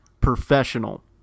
professional